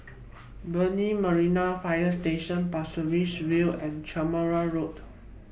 Brani Marine Fire Station Pasir Ris View and Carmichael Road